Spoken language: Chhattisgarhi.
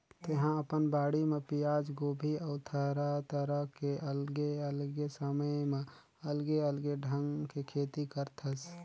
तेहा अपन बाड़ी म पियाज, गोभी अउ तरह तरह के अलगे अलगे समय म अलगे अलगे ढंग के खेती करथस